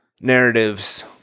narratives